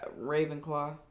Ravenclaw